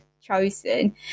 chosen